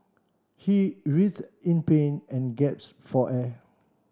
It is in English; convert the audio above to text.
he writhed in pain and guess for air